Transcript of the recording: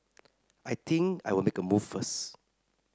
I think I will make a move first